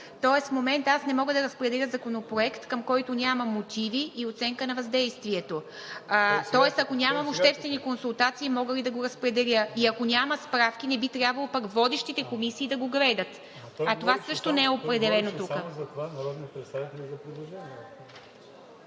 Тоест в момента аз не мога да разпределя законопроект, към който няма мотиви и оценка на въздействието. Тоест, ако няма обществени консултации – мога ли да го разпределя? И ако няма справки, не би трябвало водещите комисии да го гледат. Това също не е определено тук. (Председателят Ива Митева и народният представител Хасан Адемов